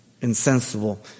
insensible